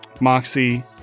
Moxie